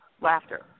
laughter